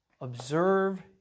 Observe